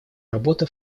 работа